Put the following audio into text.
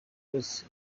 rwose